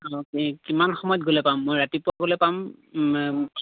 অঁ হেৰি কিমান সময়ত গ'লে পাম মই ৰাতিপুৱা গ'লে পাম